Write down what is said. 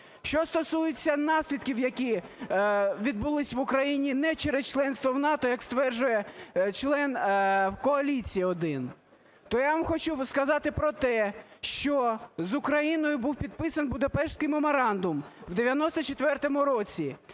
Що стосується наслідків, які відбулися в Україні не через членство в НАТО, як стверджує член коаліції один. То я вам хочу сказати про те, що з Україною був підписаний Будапештський меморандум в 94-му році,